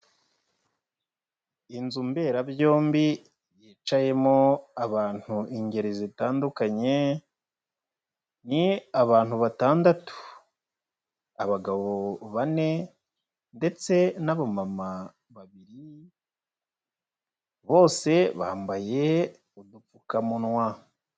Inzu mberabyombi yicayemo abantu ingeri zitandukanye, ni abantu batandatu, abagabo bane ndetse n'abamama babiri, bose bambaye udupfukamunwa.